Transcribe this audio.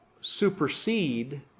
supersede